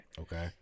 Okay